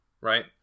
right